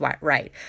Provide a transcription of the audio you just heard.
right